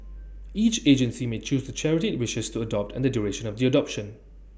each agency may choose charity IT wishes to adopt and the duration of the adoption